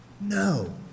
No